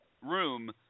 room